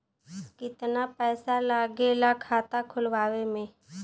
कितना पैसा लागेला खाता खोलवावे में?